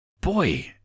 boy